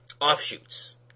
offshoots